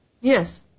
Yes